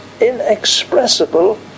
Inexpressible